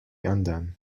undone